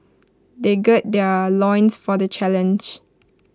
they gird their loins for the challenge